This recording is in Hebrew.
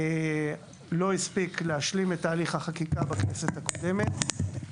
לא הספיק להשלים את תהליך החקיקה בכנסת הקודמת.